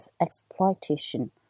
exploitation